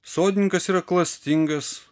sodininkas yra klastingas